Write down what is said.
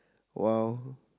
!wow!